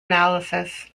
analysis